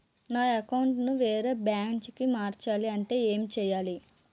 నా అకౌంట్ ను వేరే బ్రాంచ్ కి మార్చాలి అంటే ఎం చేయాలి?